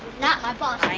not my boss. i